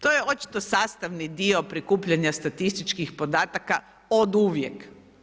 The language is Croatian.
To je očito sastavni dio prikupljanja statističkih podataka oduvijek.